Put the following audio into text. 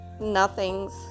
nothings